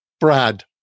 Brad